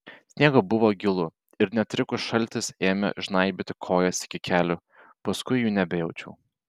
sniego buvo gilu ir netrukus šaltis ėmė žnaibyti kojas iki kelių paskui jų nebejaučiau